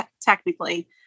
Technically